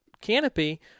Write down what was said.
canopy